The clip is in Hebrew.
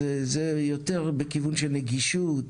אז זה יותר בכיוון של נגישות,